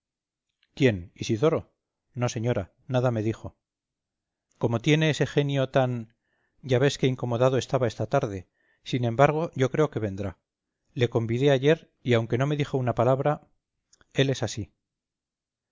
quién isidoro no señora nada me dijo como tiene ese genio tan ya ves que incomodado estaba esta tarde sin embargo yo creo que vendrá le convidé ayer y aunque no me dijo una palabra él es así